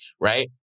right